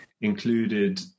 included